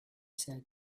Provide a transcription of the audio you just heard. said